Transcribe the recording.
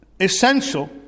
essential